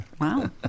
Wow